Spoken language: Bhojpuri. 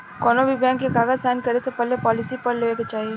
कौनोभी बैंक के कागज़ साइन करे से पहले पॉलिसी पढ़ लेवे के चाही